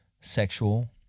sexual